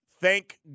Thank